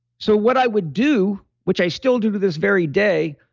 so what i would do, which i still do to this very day,